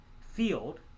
field